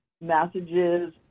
messages